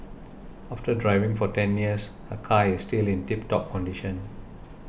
after driving for ten years her car is still in tip top condition